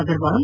Agarwal